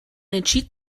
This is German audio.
entschied